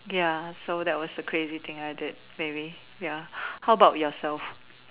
ya so that was the crazy thing I did maybe how about yourself